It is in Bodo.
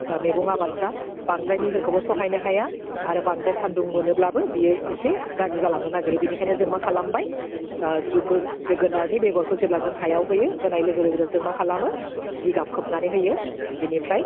ओह मेगं आबादफ्रा बांद्राय निहोरखौबो सहायनो हाया आरो बांद्राय सानदुं मोनोब्लाबो बियो एसे गाज्रि जालांनो नागिरो बिनिखायनो जों म खालामबाय ओह जुगोर जोगोनारनि बेगरखौ जेब्ला जों हायाव होयो होनाय लोगो लोगोनो जों मा खालामो जिगाब खोबनानै होयो बेनिफ्राय